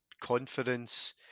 confidence